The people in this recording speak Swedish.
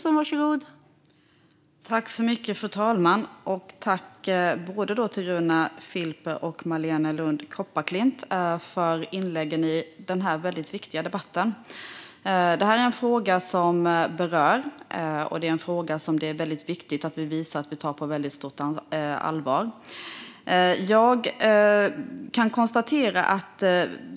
Fru talman! Jag tackar Runar Filper och Marléne Lund Kopparklint för inlägg i en viktig debatt. Denna fråga berör, och det är viktigt att vi visar att vi tar den på stort allvar.